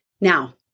Now